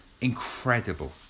incredible